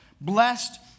blessed